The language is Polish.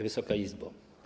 Wysoka Izbo!